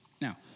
Now